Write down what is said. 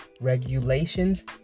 regulations